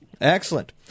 Excellent